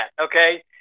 okay